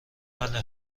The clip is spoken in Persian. بله